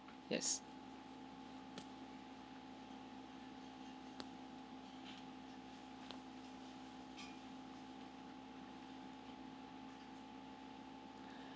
yes